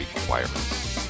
requirements